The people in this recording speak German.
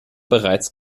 bereits